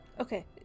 Okay